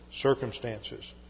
circumstances